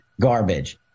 garbage